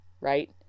Right